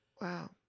Wow